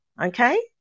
okay